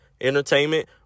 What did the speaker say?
entertainment